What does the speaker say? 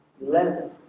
eleven